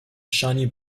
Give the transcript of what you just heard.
shiny